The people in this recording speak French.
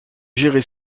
gérée